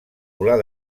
volar